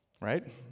right